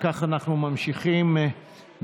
אם כך, אנחנו ממשיכים בסדר-היום,